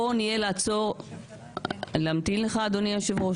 המוני ישראל זה